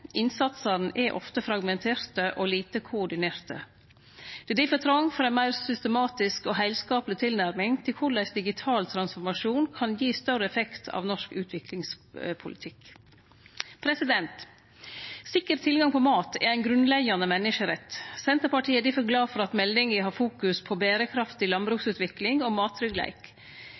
innsatsane er ofte fragmenterte og lite koordinerte. Det er difor trong for ei meir systematisk og heilskapleg tilnærming til korleis digital transformasjon kan gi større effekt av norsk utviklingspolitikk. Sikker tilgang på mat er ein grunnleggjande menneskerett. Senterpartiet er difor glad for at meldinga fokuserer på berekraftig landbruksutvikling og mattryggleik. Digitalisering innanfor dette feltet har eit stort potensial for å sikre mattryggleik